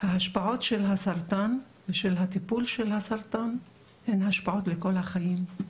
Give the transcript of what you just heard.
ההשפעות של הסרטן ושל הטיפול של הסרטן הן השפעות לכל החיים.